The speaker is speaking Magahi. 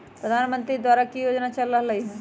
प्रधानमंत्री द्वारा की की योजना चल रहलई ह?